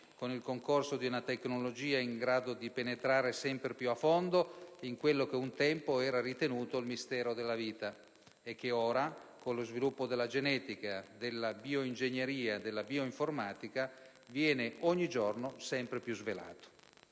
con il concorso di una tecnologia in grado di penetrare sempre più a fondo in quello che un tempo era ritenuto "il mistero della vita", e che ora, con lo sviluppo della genetica, della bioingegneria, della bioinformatica viene ogni giorno sempre più svelato.